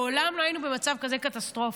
מעולם לא היינו במצב כזה, קטסטרופה.